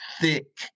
thick